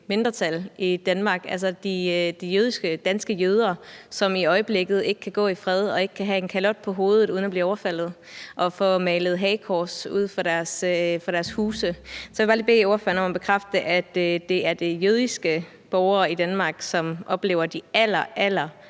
mindretal i Danmark – altså de danske jøder, som i øjeblikket ikke kan gå i fred og ikke kan have en kalot på hovedet uden at blive overfaldet og får malet hagekors ud for deres huse. Så jeg vil bare lige bede ordføreren om at bekræfte, at det er de jødiske borgere i Danmark, som oplever den allerallerværste